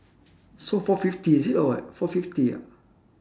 so four fifty is it or what four fifty ah